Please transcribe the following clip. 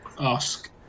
ask